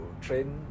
train